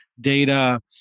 data